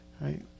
right